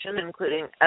including